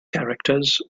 characters